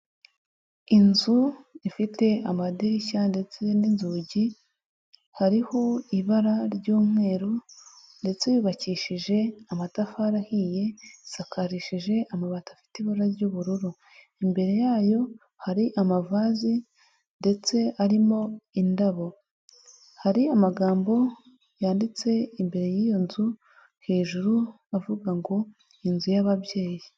Inzu ifite amadirishya ndetse n'inzugi, hariho ibara ry'umweru ndetse yubakishije amatafari ahiye, isakarishije amabati afite ibara ry'ubururu. Imbere yayo hari amavaze ndetse arimo indabo, hari amagambo yanditse imbere y'iyo nzu hejuru avuga ngo inzu y'ababyeyi.